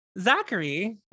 Zachary